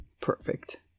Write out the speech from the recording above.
Perfect